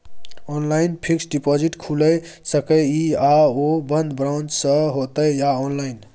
Online fixed deposit खुईल सके इ आ ओ बन्द ब्रांच स होतै या ऑनलाइन?